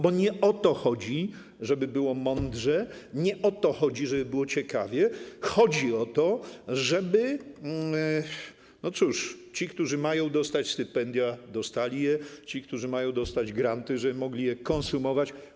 Bo nie o to chodzi, żeby było mądrze, nie o to chodzi, żeby było ciekawie, chodzi o to, żeby, no cóż, ci, którzy mają dostać stypendia, dostali je, a ci, którzy mają dostać granty, mogli je konsumować.